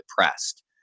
depressed